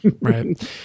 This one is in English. Right